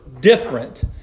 different